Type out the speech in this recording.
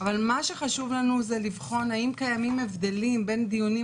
אבל מה שחשוב לנו זה לבחון האם קיימים הבדלים בין דיונים